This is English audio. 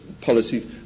policies